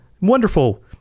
wonderful